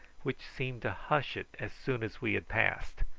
which seemed to hush it as soon as we had passed.